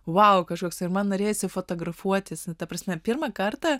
vau kažkoks ir man norėjosi fotografuotis ta prasme pirmą kartą